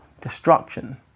destruction